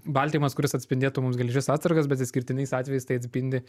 baltymas kuris atspindėtų mums geležies atsargas bet išskirtiniais atvejais tai atspindi